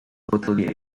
totally